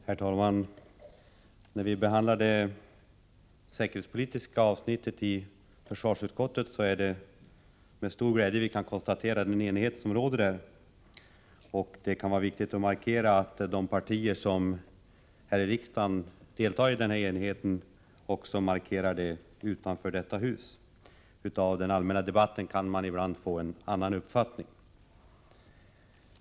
Herr talman! När vi behandlar det säkerhetspolitiska avsnittet i försvarsutskottet, är det med stor glädje vi kan konstatera den enighet som råder där. Det kan vara viktigt att de partier som här i riksdagen deltar i den enigheten också markerar det utanför detta hus. I den allmänna debatten kan man ibland få en annan uppfattning.